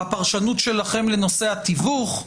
הפרשנות שלכם לנושא התיווך,